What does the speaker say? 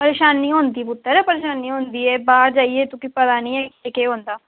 परेशानी होंदी पुत्तर परेशानी होंदी ऐ बाह्र जाइयै तुगी पता नी ऐ केह् केह् होंदा